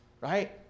Right